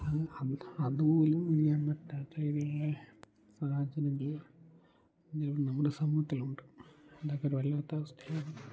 അത് അത് അതുപോലും അറിയാൻ പറ്റാത്ത രീതിയിലുള്ള സാഹചര്യങ്ങൾ നമ്മുടെ സമൂഹത്തിലുണ്ട് അതൊരു വല്ലാത്ത അവസ്ഥയാണ്